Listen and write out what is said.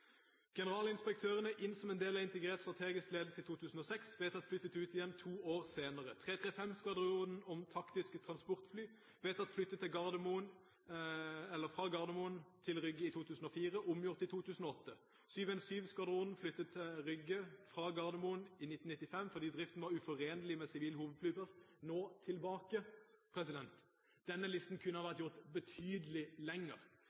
Generalinspektørene inn som en del av integrert strategisk ledelse i 2006 – ble vedtatt flyttet ut igjen to år senere. 335-skvadronen om taktiske transportfly ble vedtatt flyttet fra Gardermoen til Rygge i 2004 – ble omgjort i 2008. 717-skvadronen ble flyttet til Rygge fra Gardermoen i 1995 fordi driften var uforenlig med sivil hovedflyplass – er nå tilbake. Denne listen kunne ha